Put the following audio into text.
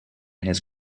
his